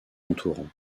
entourant